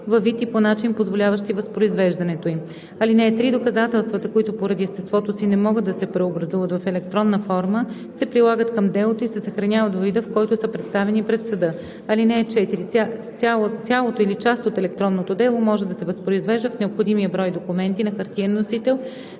във вид и по начин, позволяващи възпроизвеждането им. (3) Доказателствата, които поради естеството си не могат да се преобразуват в електронна форма, се прилагат към делото и се съхраняват във вида, в който са представени пред съда. (4) Цялото или част от електронното дело може да се възпроизвежда в необходимия брой документи на хартиен носител